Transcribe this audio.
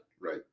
Right